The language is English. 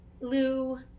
Lou